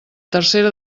tercera